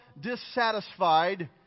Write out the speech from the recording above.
dissatisfied